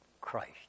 Christ